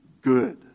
good